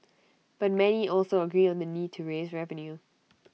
but many also agree on the need to raise revenue